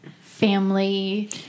family